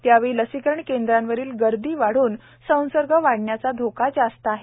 त्यावेळी लसीकरण केंद्रावरील गर्दी वाढून संसर्ग वाढण्याचा धोका जास्त आहे